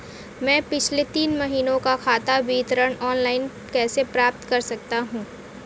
मैं पिछले तीन महीनों का खाता विवरण ऑनलाइन कैसे प्राप्त कर सकता हूं?